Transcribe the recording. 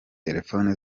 telefone